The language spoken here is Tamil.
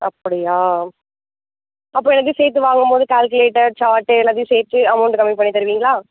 அப்படியா அப்போது எல்லாத்தையும் சேர்த்து வாங்கும் போது கேல்குலேட்டர் சார்ட்டு எல்லாத்தையும் சேர்த்து அமௌண்ட்டு கம்மி பண்ணி தருவீங்களா